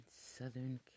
Southern